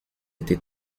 été